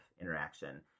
interaction